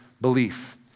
belief